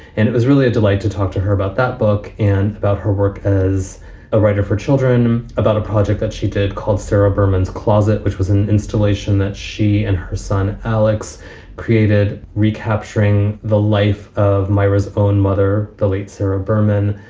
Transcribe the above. and it was really a delight to talk to her about that book and about her work as a writer for children, about a project that she did called sarah berman's closet, which was an installation that she and her son alex created. recapturing the life of myra's own mother, the late sarah berman.